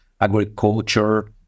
agriculture